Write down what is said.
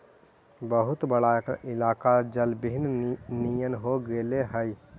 बहुत बड़ा इलाका जलविहीन नियन हो गेले हई